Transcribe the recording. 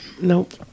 nope